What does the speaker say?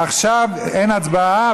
עכשיו אין הצבעה.